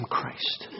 Christ